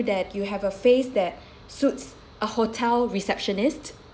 that you have a face that suits a hotel receptionist